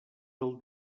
del